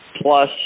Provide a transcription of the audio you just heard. plus